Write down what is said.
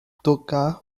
tocar